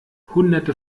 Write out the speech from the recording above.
hunderte